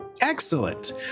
excellent